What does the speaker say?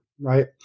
Right